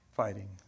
Fighting